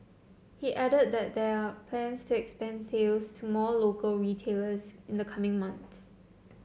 he added that there are plans to expand sales to more local retailers in the coming months